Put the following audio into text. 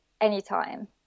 anytime